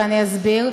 ואני אסביר.